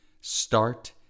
Start